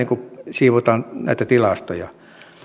siivotaan näitä tilastoja